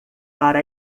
para